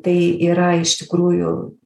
tai yra iš tikrųjų